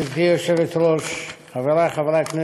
גברתי היושבת-ראש, חברי חברי הכנסת,